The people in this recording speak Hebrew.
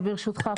ברשותך,